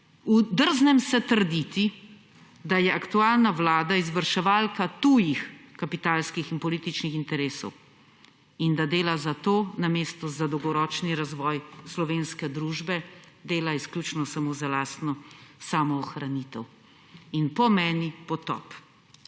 v drznem se trditi, da je aktualna Vlada izvrševalka tujih kapitalskih in političnih interesov, in da dela za to namesto za dolgoročni razvoj slovenske družbe, dela izključno samo za lastno samoohranitev in po meni potop.